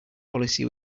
policy